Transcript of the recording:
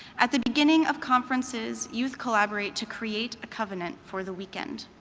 at the beginning of conferences, youth collaborate to create a covenant for the weekend.